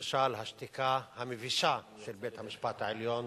למשל השתיקה המבישה של בית-המשפט העליון